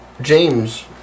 James